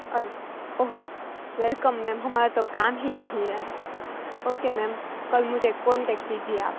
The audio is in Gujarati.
અરે ઓર વેલકમ મેમ હમારા તો કામ હી યહીં હૈ ઓકે મેમ કલ મુઝે કોન્ટેક્ટ કીજીએ આપ